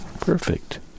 perfect